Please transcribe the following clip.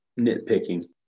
nitpicking